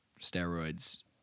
steroids